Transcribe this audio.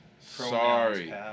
Sorry